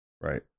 Right